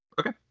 Okay